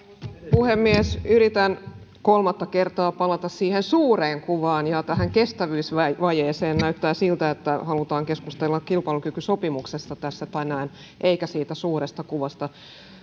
puhemies yritän kolmatta kertaa palata siihen suureen kuvaan ja tähän kestävyysvajeeseen näyttää siltä että halutaan keskustella kilpailukykysopimuksesta tässä tänään eikä siitä suuresta kuvasta